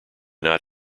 not